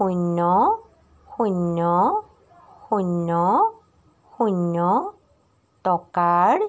সাত শূন্য শূন্য শূন্য শূন্য টকাৰ